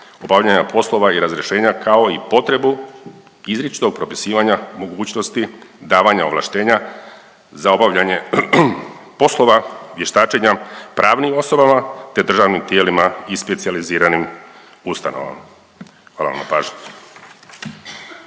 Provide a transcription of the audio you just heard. obavljanje poslova i razrješenja kao i potrebu izričitog propisivanja mogućnosti davanja ovlaštenja za obavljanje poslova vještačenja pravnim osobama te državnim tijelima i specijaliziranim ustanovama. Hvala vam na pažnji.